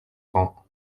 temps